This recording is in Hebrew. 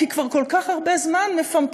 כי כבר כל כך הרבה זמן מפמפמים,